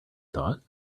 thought